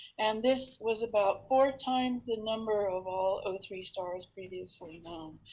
and this was about four times the number of all o three stars previously known.